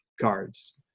cards